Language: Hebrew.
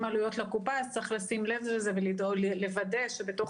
עלויות לקופה אז צריך לשים לב לזה ולוודא שבתוך